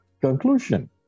conclusion